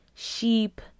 Sheep